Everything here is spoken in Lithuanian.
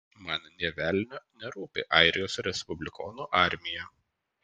man nė velnio nerūpi airijos respublikonų armija